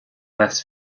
less